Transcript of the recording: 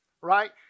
right